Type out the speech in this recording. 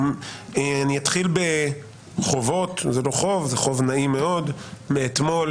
אני אתחיל בחובות זה לא חוב; זה חוב נעים מאוד מאתמול